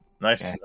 Nice